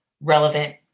relevant